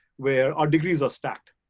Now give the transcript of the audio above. where our degrees are stacked.